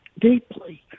deeply